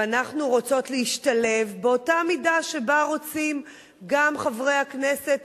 ואנחנו רוצות להשתלב באותה המידה שבה רוצים גם חברי הכנסת